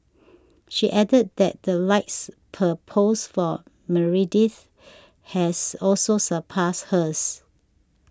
she added that the likes per post for Meredith has also surpassed hers